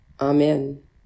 Amen